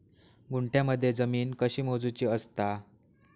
गुंठयामध्ये जमीन कशी मोजूची असता?